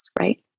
right